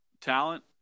talent